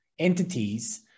entities